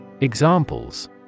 Examples